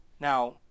now